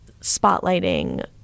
spotlighting